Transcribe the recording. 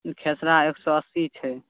ई खेसरा एक सए अस्सी छै